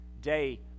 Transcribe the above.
day